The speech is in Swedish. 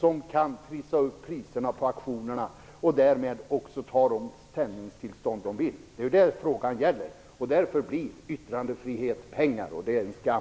De kan trissa upp priserna på auktionerna och därmed också få de sändningstillstånd som de vill ha. Det är det som frågan gäller. Yttrandefrihet blir en fråga om pengar, och det är en skam.